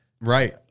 right